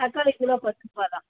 தக்காளி கிலோ பத்துருபா தான்